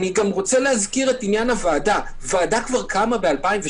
אני גם רוצה להזכיר שוועדה כבר קמה ב-2017,